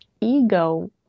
Ego